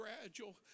gradual